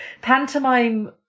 pantomime